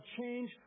change